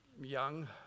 young